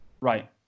Right